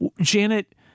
Janet